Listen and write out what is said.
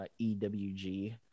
EWG